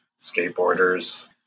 skateboarders